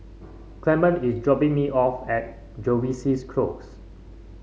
Clement is dropping me off at Jervois's Close